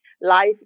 Life